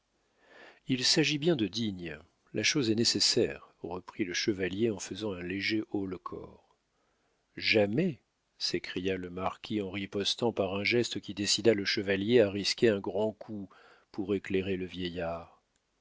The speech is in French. il s'agit bien de digne la chose est nécessaire reprit le chevalier en faisant un léger haut-le-corps jamais s'écria le marquis en ripostant par un geste qui décida le chevalier à risquer un grand coup pour éclairer le vieillard